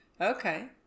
Okay